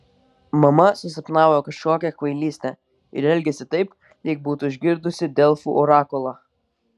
mama susapnavo kažkokią kvailystę ir elgiasi taip lyg būtų išgirdusi delfų orakulą